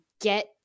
get